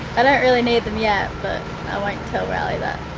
i don't really need them yet, but i won't tell riley that.